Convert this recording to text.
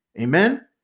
Amen